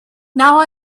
now